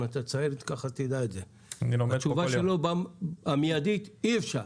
- התשובה שלו המיידית: אי-אפשר.